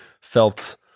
felt